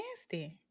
nasty